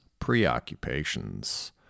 preoccupations